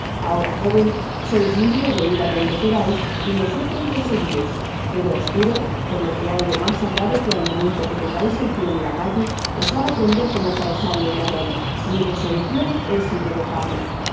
ahora joven sois libre de ir á donde querais y nosotros de seguiros pero os juro por lo que hay de mas sagrado que al momento que pongais el pié en la calle os hago prender como falsario y ladron mi resolucion es irrevocable